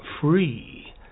free